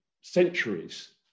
centuries